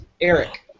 Eric